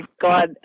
God